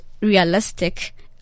realistic